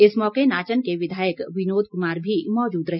इस मौके नाचन के विधायक विनोद कुमार भी मौजूद रहे